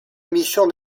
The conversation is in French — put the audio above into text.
émission